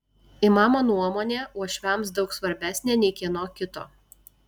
imamo nuomonė uošviams daug svarbesnė nei kieno kito